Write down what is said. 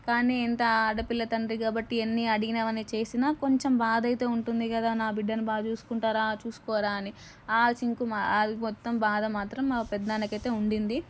కానీ ఇంత ఆడపిల్ల తండ్రి కాబట్టి ఎన్ని అడిగినా కానీ చేసినా కొంచం బాధ అయితే ఉంటుంది కదా నా బిడ్డను బా చూసుకుంటారా బాగా చూసుకోరా అని ఆ చింత ఆ మొత్తం బాధ మాత్రం మా పెదనాన్నకి అయితే ఉండింది